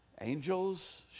angels